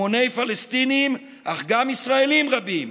המוני פלסטינים אך גם ישראלים רבים.